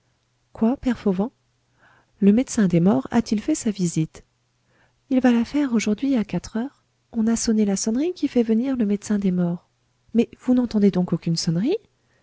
père fauvent le médecin des morts a-t-il fait sa visite il va la faire aujourd'hui à quatre heures on a sonné la sonnerie qui fait venir le médecin des morts mais vous n'entendez donc aucune sonnerie